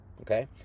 Okay